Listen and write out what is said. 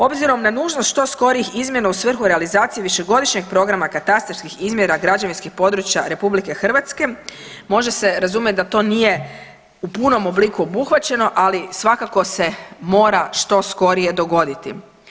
Obzirom na nužnost što skorijih izmjena u svrhu realizacije višegodišnjeg programa katastarskih izmjera građevinskih područja Republike Hrvatske može se razumjeti da to nije u punom obliku obuhvaćeno, ali svakako se mora što skorije dogoditi.